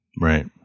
Right